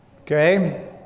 Okay